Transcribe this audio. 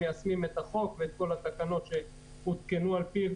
מיישמים את החוק ואת כל התקנות שהותקנו על-פיו.